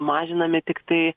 mažinami tiktai